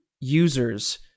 users